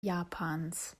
japans